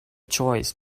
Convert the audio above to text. choice